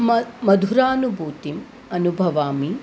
म मधुरानुभूतिम् अनुभवामि